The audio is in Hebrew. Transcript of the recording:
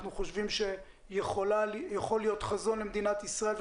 חושבים שיכול להיות חזון למדינת ישראל,